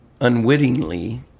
unwittingly